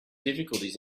difficulties